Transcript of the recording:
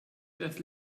das